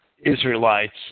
Israelites